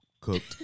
cooked